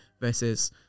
versus